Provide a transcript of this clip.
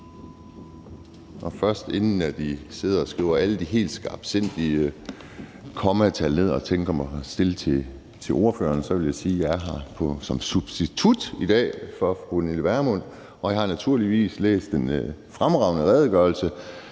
formand. Inden I sidder og skriver alle de helt skarpsindige kommatal ned og kan tænke jer at stille spørgsmål til ordføreren om, vil jeg sige, at jeg er her som substitut i dag for fru Pernille Vermund. Jeg har naturligvis læst den fremragende redegørelse,